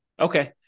Okay